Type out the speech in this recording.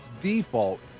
default